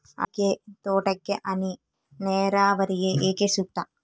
ಅಡಿಕೆ ತೋಟಕ್ಕೆ ಹನಿ ನೇರಾವರಿಯೇ ಏಕೆ ಸೂಕ್ತ?